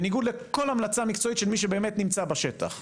בניגוד לכל המלצה מקצועית של מי שבאמת נמצא בשטח.